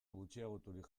gutxiagoturik